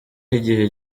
y’igihe